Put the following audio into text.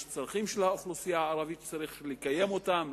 יש צרכים של האוכלוסייה הערבית שצריך לקיים אותם,